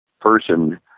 person